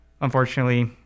unfortunately